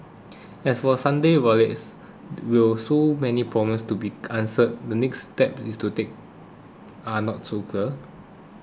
as for Sunday's riot is will so many problems to be answered the next steps to take are not so clear